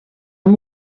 amb